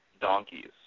donkeys